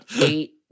eight